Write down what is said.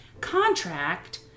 contract